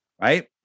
right